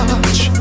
touch